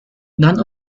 none